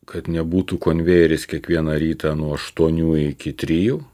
kad nebūtų konvejeris kiekvieną rytą nuo aštuonių iki trijų